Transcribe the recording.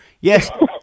Yes